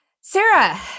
Sarah